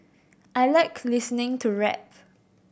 I like listening to rap